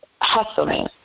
hustling